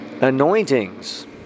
anointings